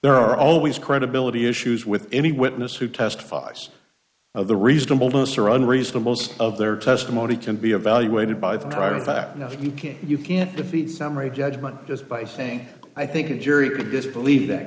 there are always credibility issues with any witness who testifies of the reasonableness or un reasonable of their testimony can be evaluated by the right to fact and if you can't you can't defeat summary judgment just by saying i think a jury to disbelieve that